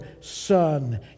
Son